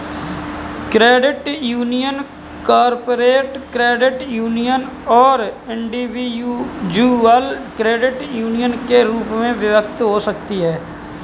credit union corporate credit union और individual credit union के रूप में विभक्त हो सकती हैं